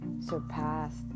surpassed